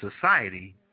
society